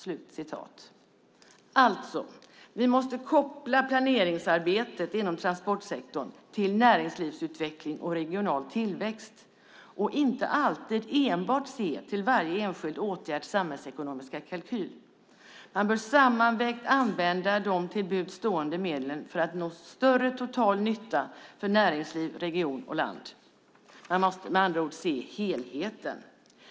Vi måste alltså koppla planeringsarbetet inom transportsektorn till näringslivsutveckling och regional tillväxt och inte alltid enbart se till varje enskild åtgärds samhällsekonomiska kalkyl. Man bör använda de till buds stående medlen för att nå större total nytta för näringsliv, region och land. Man måste med andra ord se helheten.